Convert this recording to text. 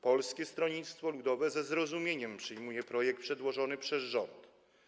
Polskie Stronnictwo Ludowe ze zrozumieniem przyjmuje projekt przedłożony przez rząd.